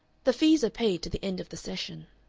the fees are paid to the end of the session.